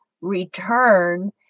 return